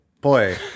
boy